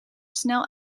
snel